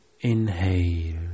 Inhale